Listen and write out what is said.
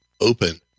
open